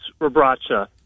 Robracha